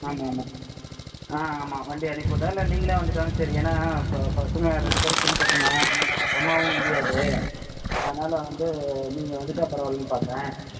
ஆமாம் ஆமாம் ஆ ஆமாம் வண்டி அனுப்பிவிட்டா இல்லை நீங்களே வந்துவிட்டாலும் சரி ஏன்னால் இப்போ பசங்க ரெண்டு பேரும் சின்ன பசங்க அம்மாவும் முடியாது அதனால் வந்து நீங்கள் வந்துட்டால் பரவாயில்லைன்னு பார்த்தேன்